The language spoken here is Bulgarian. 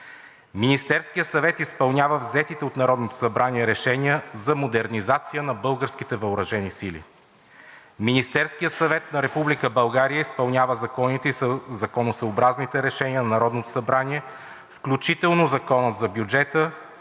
Министерският съвет изпълнява взетите от Народното събрание решения за модернизация на българските въоръжени сили. Министерският съвет на Република България изпълнява законите и законосъобразните решения на Народното събрание, включително Закона за бюджета,